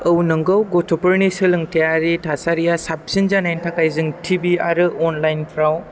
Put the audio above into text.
औ नंगौ गथ'फोरनि सोलोंथाइयारि थासारिया साबसिन जानायनि थाखाय जों टिभि आरो अनलाइन फ्राव